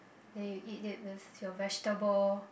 then you eat this with your vegetables